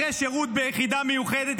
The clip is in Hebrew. אחרי שירות ביחידה מיוחדת,